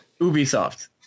Ubisoft